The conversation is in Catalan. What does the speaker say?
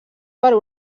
per